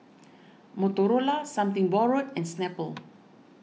Motorola Something Borrowed and Snapple